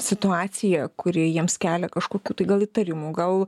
situacija kuri jiems kelia kažkokių tai gal įtarimų gal